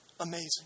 Amazing